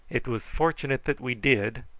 it was fortunate that we did,